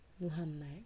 Muhammad